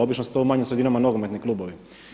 Obično su to u manjim sredinama nogometni klubovi.